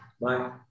Bye